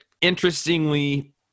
interestingly